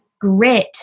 grit